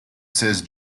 says